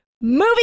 movie